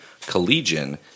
Collegian